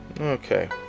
Okay